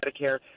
Medicare